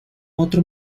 otro